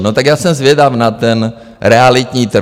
No tak já jsem zvědav na ten realitní trh.